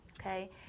Okay